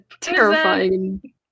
terrifying